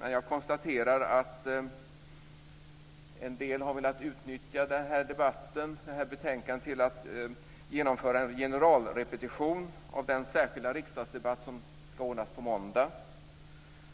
Men jag konstaterar att en del har velat utnyttja den här debatten och det här betänkandet till att genomföra en generalrepetition av den särskilda riksdagsdebatt som ska ordnas på måndag.